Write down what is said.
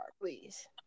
please